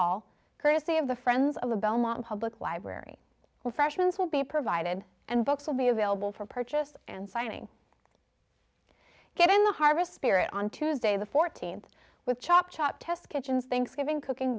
of the friends of the belmont public library freshman's will be provided and books will be available for purchase and signing get in the harvest spirit on tuesday the fourteenth with chop chop test kitchens thanksgiving cooking